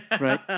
Right